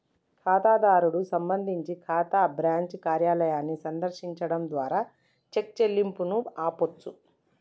ఖాతాదారుడు సంబంధించి bank branch కార్యాలయాన్ని సందర్శించడం ద్వారా చెక్ చెల్లింపును ఆపొచ్చు